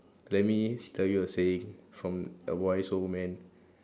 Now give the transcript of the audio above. let me tell you a saying from a wise old man